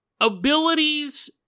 abilities